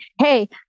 hey